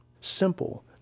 Simple